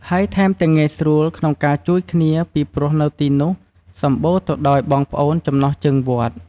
ហើយថែមទាំងងាយស្រួលក្នុងការជួយគ្នាពីព្រោះនៅទីនុះសម្បុរទៅដោយបងប្អូនចំណុះជើងវត្ត។